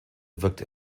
wirkte